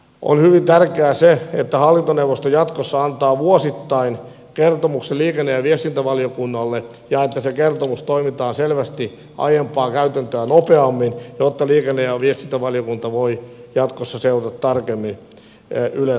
on hyvin tärkeää se että hallintoneuvosto jatkossa antaa vuosittain kertomuksen liikenne ja viestintävaliokunnalle ja että se kertomus toimitetaan selvästi aiempaa käytäntöä nopeammin jotta liikenne ja viestintävaliokunta voi jatkossa seurata tarkemmin ylen toimintaa